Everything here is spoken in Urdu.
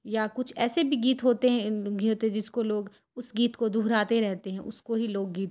یا کچھ ایسے بھی گیت ہوتے ہیں ہوتے جس کو لوگ اس گیت کو دہراتے رہتے ہیں اس کو ہی لوگ گیت